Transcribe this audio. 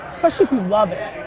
especially if you love it.